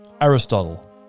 Aristotle